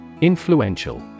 Influential